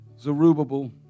Zerubbabel